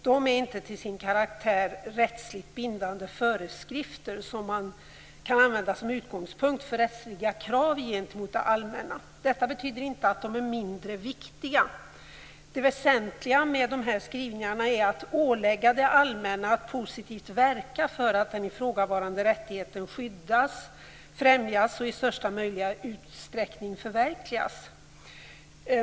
De är inte till sin karaktär rättsligt bindande föreskrifter som man kan använda som utgångspunkt för rättsliga krav gentemot det allmänna. Detta betyder inte att de är mindre viktiga. Det väsentliga med de här skrivningarna är att ålägga det allmänna att positivt verka för att den ifrågavarande rättigheten skyddas, främjas och i största möjliga utsträckning förverkligas.